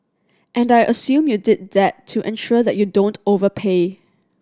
and I assume you did that to ensure that you don't overpay